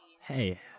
Hey